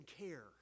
care